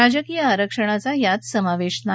राजकीय आरक्षणाचा यात समावेश नाही